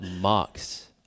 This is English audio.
mocks